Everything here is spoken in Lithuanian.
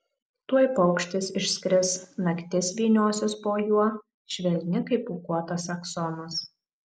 tuoj paukštis išskris naktis vyniosis po juo švelni kaip pūkuotas aksomas